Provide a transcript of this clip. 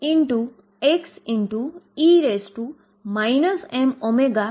અને જો પાર્ટીકલ અંદર હશે તો સમીકરણ 22md2dx2VψEψ છે